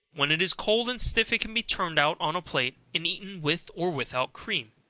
when it is cold and stiff it can be turned out on a plate, and eaten with or without cream.